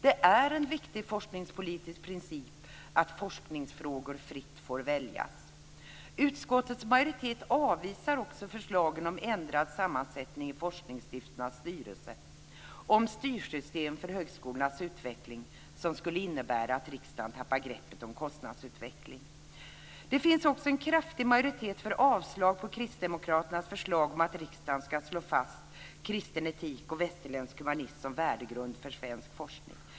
Det är en viktig forskningspolitisk princip att forskningsfrågor fritt får väljas. Utskottets majoritet avvisar också förslagen om ändrad sammansättning i forskningsstiftelsernas styrelser och om styrsystem för högskolornas utveckling, som skulle innebära att riksdagen tappar greppet om kostnadsutvecklingen. Det finns också en kraftig majoritet för ett avslag på Kristdemokraternas förslag om att riksdagen ska slå fast kristen etik och västerländsk humanism som värdegrund för svensk forskning.